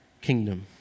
kingdom